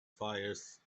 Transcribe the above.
fires